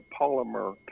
polymer